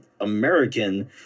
American